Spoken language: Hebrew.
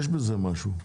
יש בזה משהו.